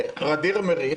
חברת הכנסת ע'דיר כמאל מריח',